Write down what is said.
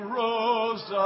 rose